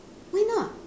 why not